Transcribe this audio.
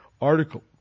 article